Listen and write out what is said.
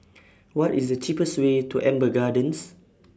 What IS The cheapest Way to Amber Gardens